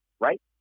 right